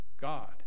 God